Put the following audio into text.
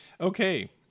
Okay